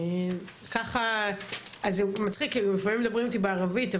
לפעמים מדברים איתי בערבית,